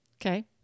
Okay